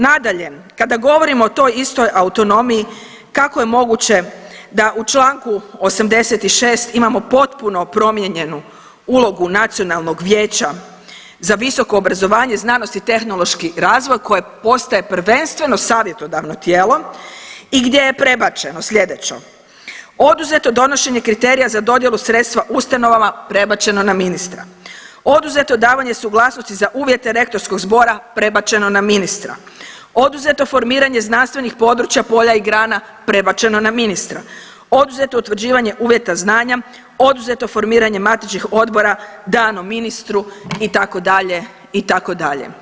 Nadalje, kada govorimo o toj istoj autonomiji kako je moguće da u članku 86. imamo potpuno promijenjenu ulogu Nacionalnog vijeća za visoko obrazovanje, znanost i tehnološki razvoj koja postaje prvenstveno savjetodavno tijelo i gdje je prebačeno sljedeće: Oduzeto donošenje kriterija za dodjelu sredstva ustanovama prebačeno na ministra, oduzeto davanje suglasnosti za uvjete Rektorskog zbora prebačeno na ministra, oduzeto formiranje znanstvenih područja, polja i grana prebačeno na ministra, oduzeto utvrđivanje uvjeta znanja, oduzeto formiranje matičnih odbora danom ministru itd. itd.